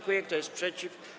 Kto jest przeciw?